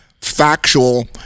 factual